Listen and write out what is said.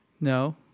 No